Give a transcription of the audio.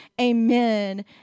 Amen